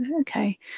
Okay